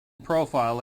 profile